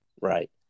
right